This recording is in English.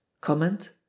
Comment